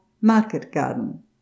market-garden